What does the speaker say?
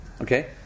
Okay